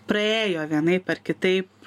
praėjo vienaip ar kitaip